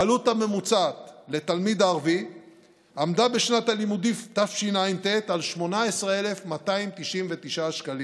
העלות הממוצעת לתלמיד הערבי עמדה בשנת הלימודים תשע"ט על 18,299 שקלים,